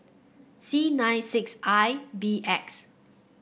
C nine six I B X